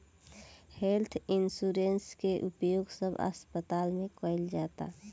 health insurance के उपयोग सब अस्पताल में कईल जाता